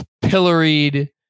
pilloried